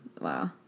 Wow